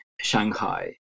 shanghai